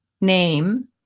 name